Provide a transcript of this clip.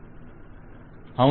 client అవును